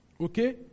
Okay